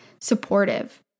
supportive